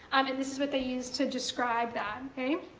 um and this what they used to describe that.